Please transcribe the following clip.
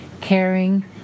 caring